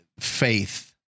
faith